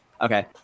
Okay